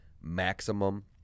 maximum